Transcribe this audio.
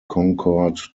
concord